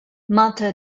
malta